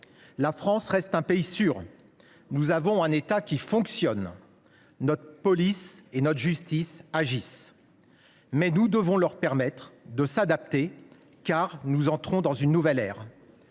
La France reste un pays sûr. Nous avons un État qui fonctionne. Notre police et notre justice agissent. Nous devons leur permettre de s’adapter, car nous entrons dans une nouvelle ère.